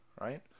Right